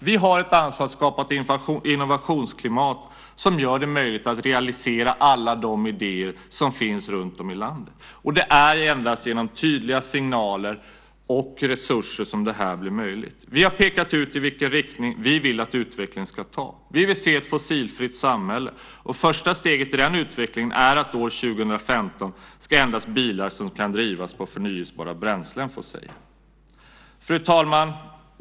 Vi har ett ansvar för att skapa ett innovationsklimat som gör det möjligt att realisera alla de idéer som finns runtom i landet. Det är endast genom tydliga signaler och resurser som det här blir möjligt. Vi har pekat ut vilken riktning vi vill att utvecklingen ska ta. Vi vill se ett fossilfritt samhälle, och första steget i den utvecklingen är att år 2015 ska endast bilar som kan drivas med förnybara bränslen få säljas. Fru talman!